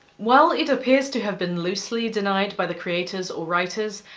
while it appears to have been loosely denied by the creators or writers,